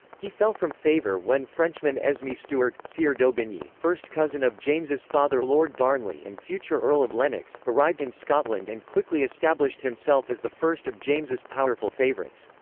he fell from favour when frenchman esme stewart, sieur d'aubigny, first cousin of james's father lord darnley and future earl of lennox, arrived in scotland and quickly established himself as the first of james's powerful favourites.